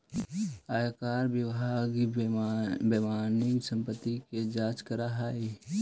आयकर विभाग बेनामी संपत्ति के भी जांच करऽ हई